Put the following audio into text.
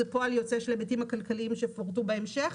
זה פועל יוצא של ההיבטים הכלכליים שיפורטו בהמשך.